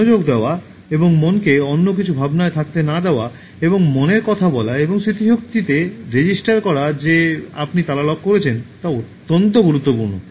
মনোযোগ দেওয়া এবং মনকে অন্য কিছু ভাবনায় থাকতে না দেওয়া এবং মনের কথা বলা এবং স্মৃতিশক্তিতে রেজিস্টার করা যে আপনি তালা লক করেছেন তা অত্যন্ত গুরুত্বপূর্ণ